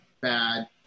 bad